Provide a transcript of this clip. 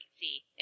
see